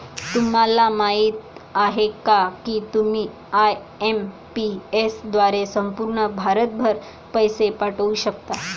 तुम्हाला माहिती आहे का की तुम्ही आय.एम.पी.एस द्वारे संपूर्ण भारतभर पैसे पाठवू शकता